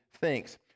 thinks